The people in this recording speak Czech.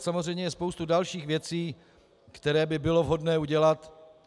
Je samozřejmě spousta dalších věcí, které by bylo vhodné udělat.